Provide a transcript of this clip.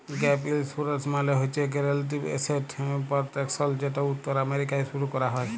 gap insurance মালে হছে guaranteed asset protection যেট উত্তর আমেরিকায় শুরু ক্যরা হ্যয়